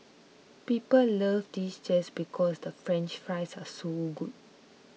people love this just because the French Fries are so good